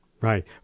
Right